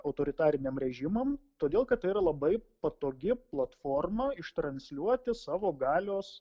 autoritariniem režimam todėl kad tai yra labai patogi platforma ištransliuoti savo galios